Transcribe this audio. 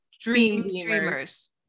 Dreamers